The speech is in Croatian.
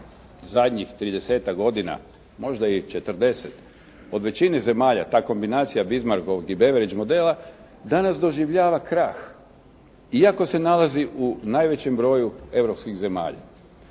zadnjih 30-tak godina, možda i 40 od većine zemalja ta kombinacija Bismarckovog i Beveridge modela danas doživljava krah iako se nalazi u najvećem broju europskih zemalja.